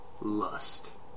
Lust